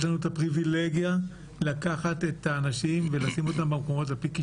לנו את הפריבילגיה לקחת את האנשים ולשים אותם במקומות על פי הכישורים.